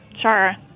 sure